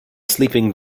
sleeping